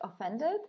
offended